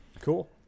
Cool